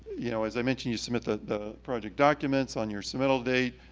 you know, as i mentioned, you submit the the project documents on your submittal date.